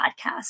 podcast